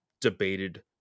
debated